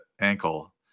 ankle